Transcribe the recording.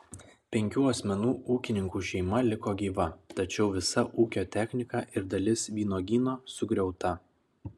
penkių asmenų ūkininkų šeima liko gyva tačiau visa ūkio technika ir dalis vynuogyno sugriauta